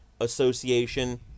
association